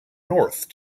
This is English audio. north